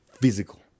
physical